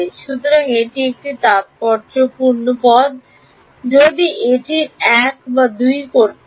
সুতরাং এটি একটি তাৎপর্যপূর্ণ যদি এটির 1 বা 2 বার করতে হয়